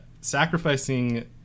sacrificing